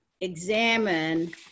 examine